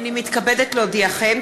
הנני מתכבדת להודיעכם,